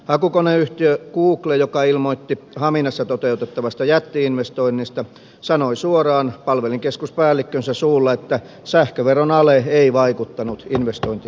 hakukoneyhtiö google joka ilmoitti haminassa toteutettavasta jätti investoinnista sanoi suoraan palvelinkeskuspäällikkönsä suulla että sähköveron ale ei vaikuttanut investointipäätökseen